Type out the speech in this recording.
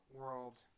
world